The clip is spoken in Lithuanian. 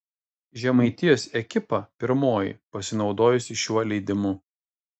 žemaitijos ekipa pirmoji pasinaudojusi šiuo leidimu